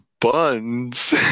buns